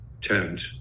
tent